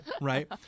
right